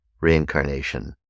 Reincarnation